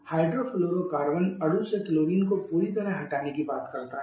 hydrofluorocarbon अणु से chlorine को पूरी तरह हटाने की बात करता है